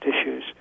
issues